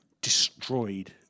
Destroyed